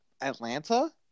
Atlanta